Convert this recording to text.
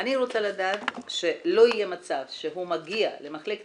אני רוצה לדעת שלא יהיה מצב שהוא מגיע למחלקת